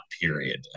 period